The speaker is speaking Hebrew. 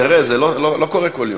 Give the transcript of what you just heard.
זה לא קורה בכל יום.